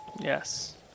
Yes